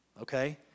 okay